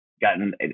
gotten